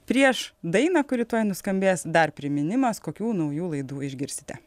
prieš dainą kuri tuoj nuskambės dar priminimas kokių naujų laidų išgirsite